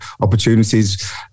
opportunities